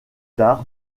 tard